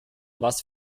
was